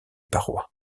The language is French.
parois